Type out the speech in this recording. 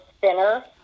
thinner